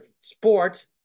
sport